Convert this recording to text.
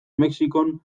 mexikon